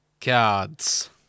Cards